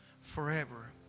forever